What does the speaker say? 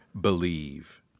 believe